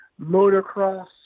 motocross